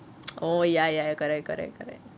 oh ya ya ya correct correct correct